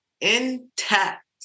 Intact